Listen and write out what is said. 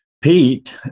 Pete